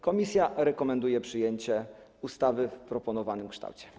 Komisja rekomenduje przyjęcie ustawy w proponowanym kształcie.